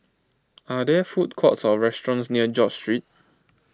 are there food courts or restaurants near George Street